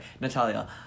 Natalia